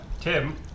Tim